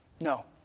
No